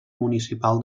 municipal